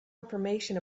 information